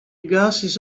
gases